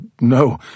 no